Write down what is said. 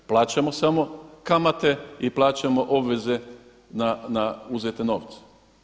Plaćamo samo kamate i plaćamo obveze na uzete novce.